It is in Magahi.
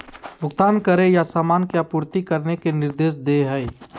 भुगतान करे या सामान की आपूर्ति करने के निर्देश दे हइ